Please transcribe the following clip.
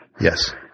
Yes